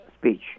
speech